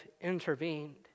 intervened